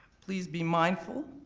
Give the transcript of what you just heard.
please be mindful